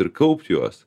ir kaupt juos